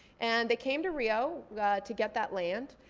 and they came to rio to get that land.